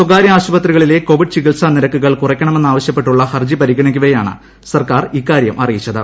സ്ഥകാര്യ ആശ്രുപത്രികളിലെ കൊവിഡ് ചികിത്സാ നിരക്കുകൾ കുറിയ്ക്കണമെന്നാവശ്യപ്പെട്ടുള്ള ഹർജി പരിഗണിക്കവെയാണ് സ്ർക്കാർ ഇക്കാര്യം അറിയിച്ചത്